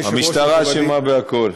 מכובדי --- המשטרה אשמה בכול.